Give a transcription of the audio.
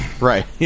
Right